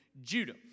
Judah